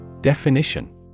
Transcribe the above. Definition